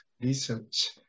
research